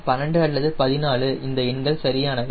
12 அல்லது 14 இந்த எண்கள் சரியானவை